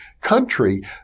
country